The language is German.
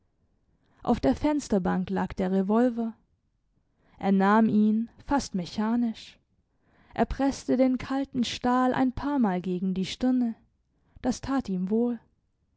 auf der fensterbank lag der revolver er nahm ihn fast mechanisch er presste den kalten stahl ein paarmal gegen die stirne das tat ihm wohl